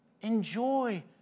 enjoy